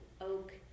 oak